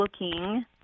looking